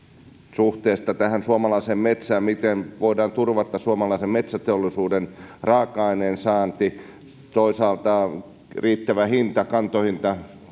suhteesta suomalaiseen metsään miten voidaan turvata suomalaisen metsäteollisuuden raaka aineensaanti toisaalta mikä on riittävä kantohinta